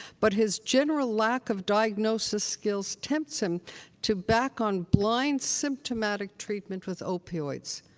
but his general lack of diagnosis skills tempts him to back on blind symptomatic treatment with opioids.